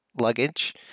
luggage